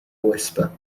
whisper